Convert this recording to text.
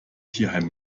tierheim